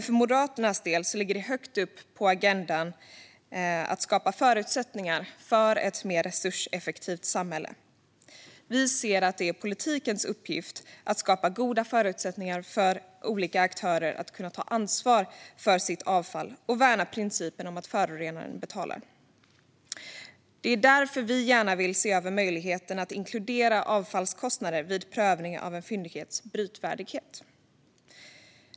För Moderaternas del ligger det dock högt upp på agendan att skapa förutsättningar för ett resurseffektivt samhälle. Vi ser att det är politikens uppgift att skapa goda förutsättningar för olika aktörer att ta ansvar för sitt avfall och värna principen om att förorenaren betalar. Det är därför vi gärna vill se över möjligheterna att inkludera avfallskostnader vid prövning av en fyndighets brytvärdighet.